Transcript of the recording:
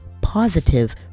positive